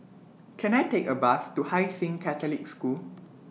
Can I Take A Bus to Hai Sing Catholic School